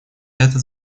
это